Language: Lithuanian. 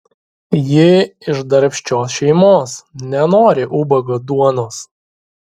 ji iš darbščios šeimos nenori ubago duonos